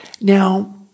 Now